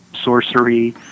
sorcery